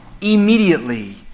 immediately